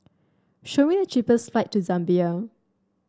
show me the cheapest flight to Zambia